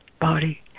body